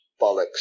bollocks